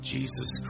Jesus